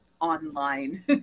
online